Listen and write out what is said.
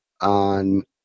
on